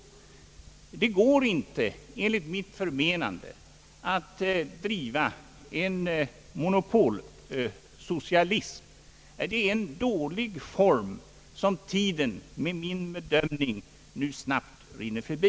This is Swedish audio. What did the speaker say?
Det går enligt mitt förmenande inte att driva en monopol socialism. Det går heller inte med regeringsmonopol för ett enda parti. Det är en dålig form som tiden enligt mitt bedömande snabbt rinner förbi.